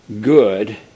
good